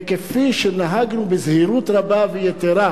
וכפי שנהגנו בזהירות רבה ויתירה